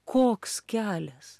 koks kelias